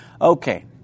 Okay